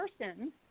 person